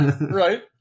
Right